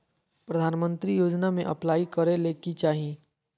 प्रधानमंत्री योजना में अप्लाई करें ले की चाही?